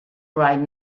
right